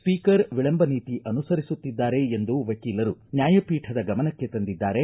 speaker ವಿಳಂಬ ನೀತಿ ಅನುಸರಿಸುತ್ತಿದ್ದಾರೆ ಎಂದು ವಕೀಲರು ನ್ಯಾಯಪೀಠದ ಗಮನಕ್ಕೆ ತಂದಿದ್ದಾರೆ